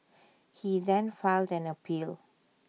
he then filed an appeal